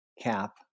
cap